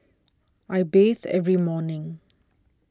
I bathe every morning